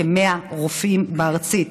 כ-100 רופאים בארצי,